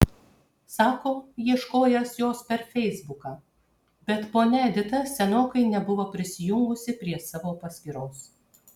sako ieškojęs jos per feisbuką bet ponia edita senokai nebuvo prisijungusi prie savo paskyros